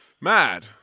Mad